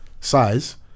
size